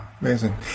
amazing